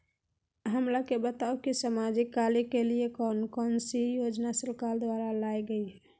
हमरा के बताओ कि सामाजिक कार्य के लिए कौन कौन सी योजना सरकार द्वारा लाई गई है?